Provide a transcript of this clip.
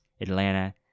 atlanta